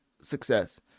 success